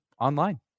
online